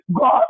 God